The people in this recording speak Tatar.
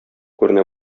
күренә